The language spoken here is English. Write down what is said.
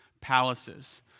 palaces